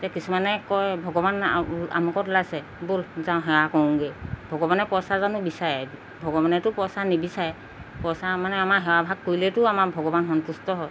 এতিয়া কিছুমানে কয় ভগৱান আমুকত ওলাইছে ব'ল যাওঁ সেৱা কৰোগৈ ভগৱানে পইচা যানো বিচাৰে ভগৱানেতো পইচা নিবিচাৰে পইচা মানে আমাৰ সেৱা ভাগ কৰিলেতো আমাৰ ভগৱান সন্তুষ্ট হয়